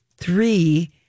Three